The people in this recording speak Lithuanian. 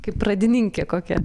kaip pradininkė kokia